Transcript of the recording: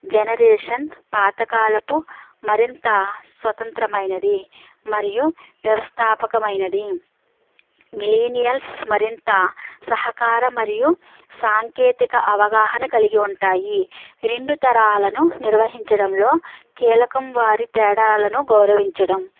generation పాతకాలపు మరింత స్వతంత్రమైనది మరియు వ్యవస్థాపకమైనది మిలీనియల్స్ మరింత సహకార మరియు సాంకేతిక అవగాహన కలిగి ఉంటాయి రెండు తరాలను నిర్వహించడంలో కీలకం వారి తేడాలను గౌరవించడం